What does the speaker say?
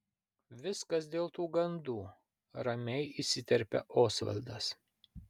viskas dėl tų gandų ramiai įsiterpia osvaldas